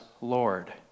Lord